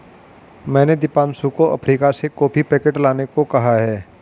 मैंने दीपांशु को अफ्रीका से कॉफी पैकेट लाने को कहा है